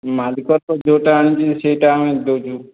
ମାଲିକ ତ ଯେଉଁଟା ଆଣୁଛି ସେଇଟା ଆମେ ଦେଉଛୁ